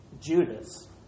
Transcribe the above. Judas